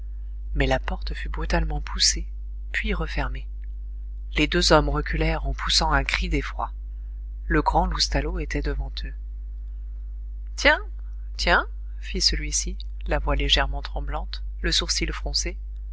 mais la porte fut brutalement poussée puis refermée les deux hommes reculèrent en poussant un cri d'effroi le grand loustalot était devant eux tiens tiens fit celui-ci la voix légèrement tremblante le sourcil